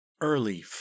early